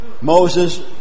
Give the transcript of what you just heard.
Moses